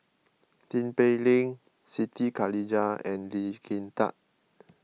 Tin Pei Ling Siti Khalijah and Lee Kin Tat